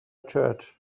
church